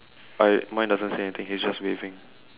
I mine doesn't say anything he's just waving